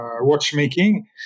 watchmaking